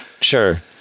Sure